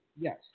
Yes